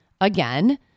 again